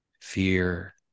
fear